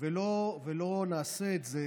ולא נעשה את זה,